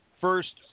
first